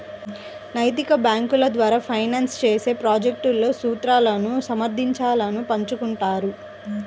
నైతిక బ్యేంకుల ద్వారా ఫైనాన్స్ చేసే ప్రాజెక్ట్లలో సూత్రాలను సమర్థించాలను పంచుకుంటారు